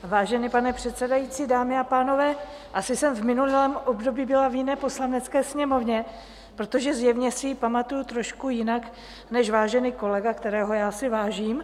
Vážený pane předsedající, dámy a pánové, asi jsem v minulém období byla v jiné Poslanecké sněmovně, protože zjevně si ji pamatuji trošku jinak než vážený kolega, kterého já si vážím.